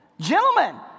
Gentlemen